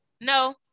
no